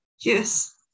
Yes